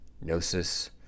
gnosis